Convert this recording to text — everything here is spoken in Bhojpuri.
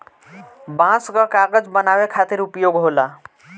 बांस कअ कागज बनावे खातिर उपयोग होला